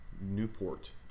Newport